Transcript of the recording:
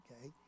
Okay